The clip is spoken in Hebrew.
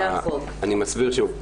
אני מסביר שוב,